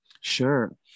Sure